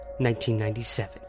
1997